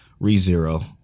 ReZero